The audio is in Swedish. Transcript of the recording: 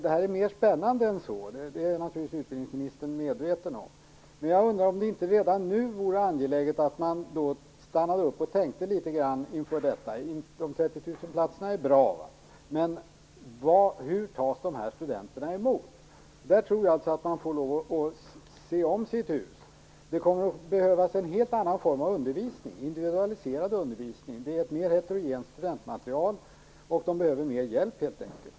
Det här är mer spännande än så, och det är naturligtvis utbildningsministern medveten om. Jag undrar om det inte redan nu vore angeläget att stanna upp och tänka litet grand inför detta. De 30 000 platserna är bra. Men hur tas studenterna emot? På den punkten tror jag att man får lov att se om sitt hus. Det kommer att behövas en helt annan form av undervisning, individualiserad undervisning. Studentmaterialet är mer heterogent, och studenterna behöver mer hjälp, helt enkelt.